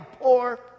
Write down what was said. poor